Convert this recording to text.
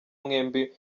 mwembi